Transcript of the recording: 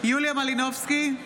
יוליה מלינובסקי,